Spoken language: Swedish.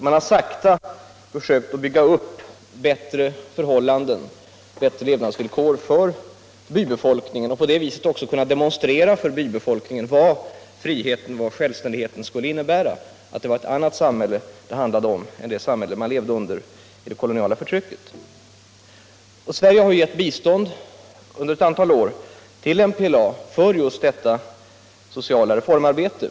Man har sakta försökt bygga upp bättre bättre levnadsvillkor för bybefolkningen och på det viset också kunnat praktiskt demonstrera vad friheten, självständigheten, skulle innebära —att det var ett annat samhälle det handlade om än det samhälle människorna levde i under det koloniala förtrycket. Sverige har gett bistånd under ett antal år till MPLA för just detta sociala reformarbete.